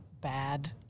bad